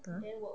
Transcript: ah